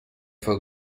for